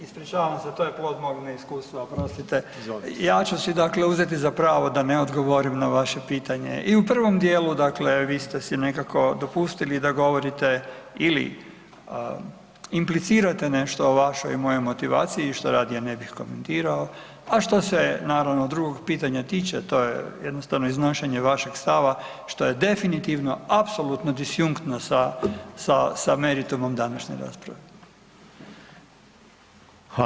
Ispričavam se, to je plod mog neiskustva, oprostite [[Upadica Reiner: Izvolite.]] Ja ću si dakle uzeti za pravo da ne odgovorim na vaše pitanje i u prvom djelu dakle vi ste si nekako dopustili na govorite ili implicirate nešto o vašoj i mojoj motivaciji što radije ne bi komentirao a što se naravno drugog pitanja tiče, to je jednostavno iznašanje vašeg stava što je definitivno, apsolutno disjunktno sa meritumom današnje rasprave.